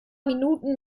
minuten